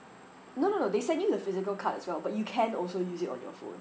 no no no they send you the physical card as well but you can also use it on your phone